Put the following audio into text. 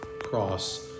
cross